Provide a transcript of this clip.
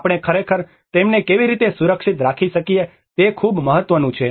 આપણે ખરેખર તેમને કેવી રીતે સુરક્ષિત રાખી શકીએ તે ખૂબ મહત્વનું છે